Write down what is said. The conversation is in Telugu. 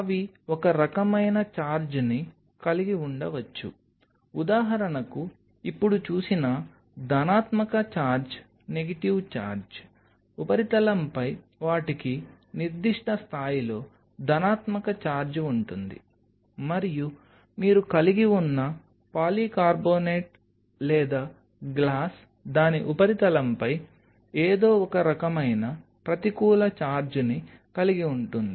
అవి ఒక రకమైన ఛార్జ్ని కలిగి ఉండవచ్చు ఉదాహరణకు ఇప్పుడు చూసినా ధనాత్మక చార్జ్ నెగటివ్ ఛార్జ్ ఉపరితలంపై వాటికి నిర్దిష్ట స్థాయిలో ధనాత్మక చార్జ్ ఉంటుంది మరియు మీరు కలిగి ఉన్న పాలీకార్బోనేట్ లేదా గ్లాస్ దాని ఉపరితలంపై ఏదో ఒక రకమైన ప్రతికూల చార్జ్ని కలిగి ఉంటుంది